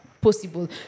Possible